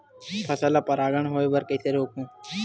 फसल ल परागण होय बर कइसे रोकहु?